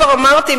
כבר אמרתי,